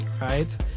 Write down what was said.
right